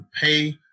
pay